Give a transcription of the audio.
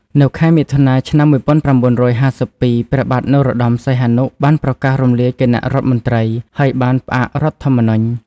នៅខែមិថុនា ឆ្នាំ១៩៥២ ព្រះបាទនរោត្តម សីហនុ បានប្រកាសរំលាយគណៈរដ្ឋមន្ត្រី ហើយបានផ្អាករដ្ឋធម្មនុញ្ញ។